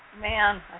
man